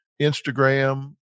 Instagram